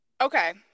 Okay